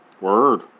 Word